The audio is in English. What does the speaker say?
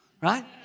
Right